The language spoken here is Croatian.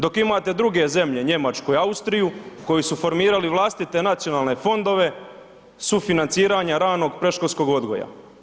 Dok imate druge zemlje Njemačku i Austriju koji su formirali vlastite nacionalne fondove sufinanciranja ranog predškolskog odgoja.